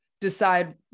decide